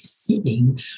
sitting